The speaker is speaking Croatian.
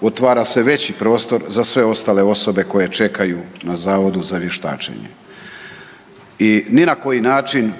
otvara se veći prostor za sve ostale osobe koje čekaju na Zavodu za vještačenje i ni na koji način